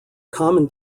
common